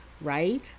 right